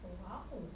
!wow!